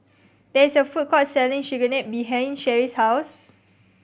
there is a food court selling Chigenabe behind Sherie's house